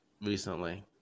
recently